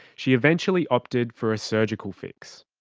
she eventually opted for a surgical fix.